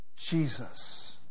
Jesus